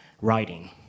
writing